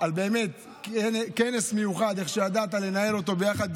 באמת על כנס מיוחד, איך שידעת לנהל אותו יחד,